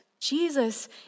Jesus